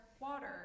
water